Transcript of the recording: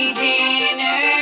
dinner